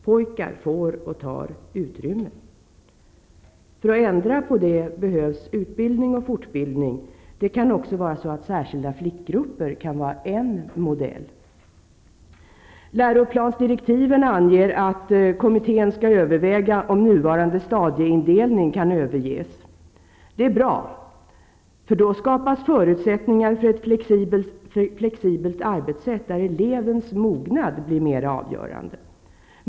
Pojkar får och tar utrymme. För att ändra på det behövs utbildning och fortbildning. Särskilda flickgrupper kan vara en modell. Läroplansdirektiven anger att kommittén skall överväga om nuvarande stadieindelning kan överges. Det är bra -- då skapas förutsättningar för ett flexibelt arbetssätt, där elevens mognad blir mer avgörande.